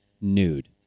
nude